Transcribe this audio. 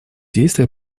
действия